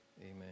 Amen